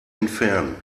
entfernen